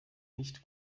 nicht